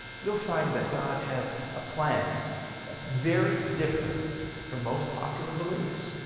you'll find that god has a plan that's very different from most popular beliefs.